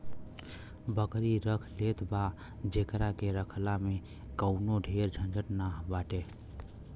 बकरी रख लेत बा जेकरा के रखला में कवनो ढेर झंझट नाइ बाटे